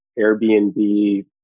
Airbnb